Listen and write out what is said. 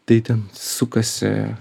tai ten sukasi